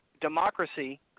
democracy